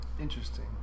interesting